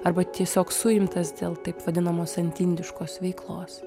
arba tiesiog suimtas dėl taip vadinamos antiindiškos veiklos